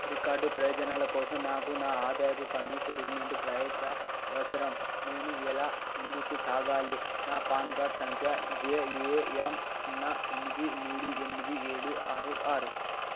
record ప్రయోజనాల కోసం నాకు నా ఆదాయపు పన్నుసెటిల్మెంట్ పత్రం అవసరం నేను ఎలా ముందుకు సాగాలి నా పాన్ కార్డ్ సంఖ్య జేఏఎమ్ సున్నా తొమ్మిది మూడు ఎనిమిది ఏడు ఆరు ఆరు